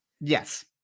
Yes